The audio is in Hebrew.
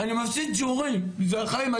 אני מפסיד שיעורים, זה החיים.